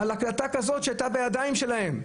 על הקלטה כזאת שהייתה בידיים שלהם,